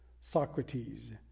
Socrates